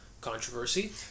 controversy